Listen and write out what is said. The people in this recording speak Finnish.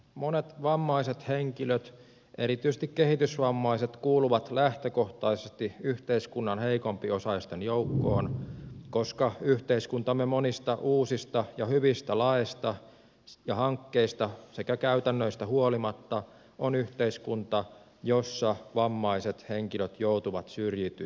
monet vammaiset henkilöt erityisesti kehitysvammaiset kuuluvat lähtökohtaisesti yhteiskunnan heikompiosaisten joukkoon koska yhteiskuntamme monista uusista ja hyvistä laeista ja hankkeista sekä käytännöistä huolimatta on yhteiskunta jossa vammaiset henkilöt joutuvat syrjityiksi